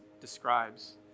describes